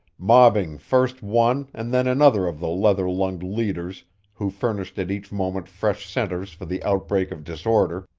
mobbing first one and then another of the leather-lunged leaders who furnished at each moment fresh centers for the outbreak of disorder.